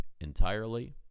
entirely